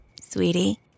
Sweetie